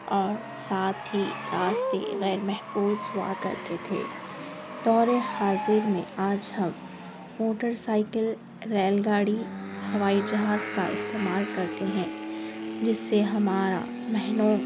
اور ساتھ ہی راستے غیر محفوظ ہوا کرتے تھے دور حاضر میں آج ہم موٹر سائیکل ریل گاڑی ہوائی جہاز کا استعمال کرتے ہیں جس سے ہمارا مہینوں